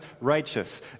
righteous